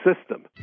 system